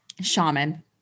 shaman